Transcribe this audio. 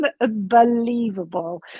unbelievable